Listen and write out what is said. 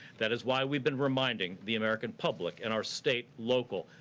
that is why we've been reminding the american public in our state, local,